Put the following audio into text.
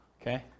Okay